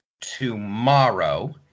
tomorrow